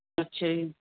ਅੱਛਾ ਜੀ